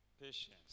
Patience